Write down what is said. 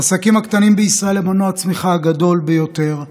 העסקים הקטנים בישראל הם מנוע הצמיחה הגדול ביותר,